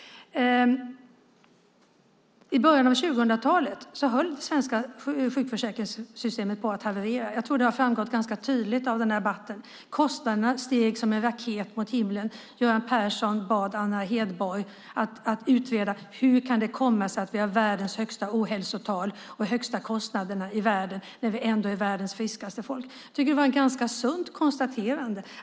I början av 2000-talet höll det svenska sjukförsäkringssystemet på att haverera. Jag tror att det har framgått ganska tydligt av den här debatten. Kostnaderna steg som en raket mot himlen. Göran Persson bad Anna Hedborg att utreda hur det kan komma sig att vi har världens högsta ohälsotal och de högsta kostnaderna i världen när vi ändå är världens friskaste folk. Jag tycker att det var ett ganska sunt konstaterande.